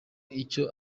icyo